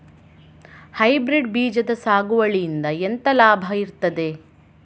Hybrid ಬೀಜದ ಸಾಗುವಳಿಯಿಂದ ಎಂತ ಲಾಭ ಇರ್ತದೆ?